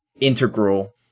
integral